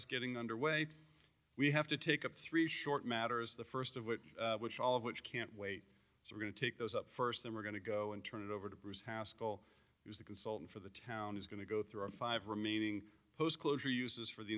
us getting underway we have to take up three short matters the first of which all of which can't wait we're going to take those up first then we're going to go and turn it over to bruce housecall who's the consultant for the town is going to go through our five remaining post closure uses for the